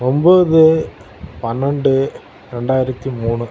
ஒம்பது பன்னெண்டு ரெண்டாயரத்து மூணு